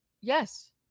yes